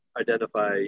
identify